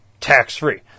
tax-free